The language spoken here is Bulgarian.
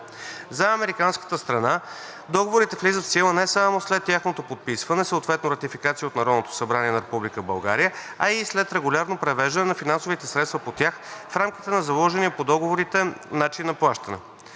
За американската страна договорите влизат в сила не само след тяхното подписване, съответно ратификация от Народното събрание на Република България, а и след регулярното превеждане на финансовите средства по тях в рамките на заложения в договорите начин на плащане.